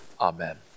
Amen